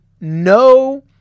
no